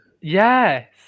Yes